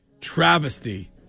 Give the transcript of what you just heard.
travesty